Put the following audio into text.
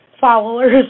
followers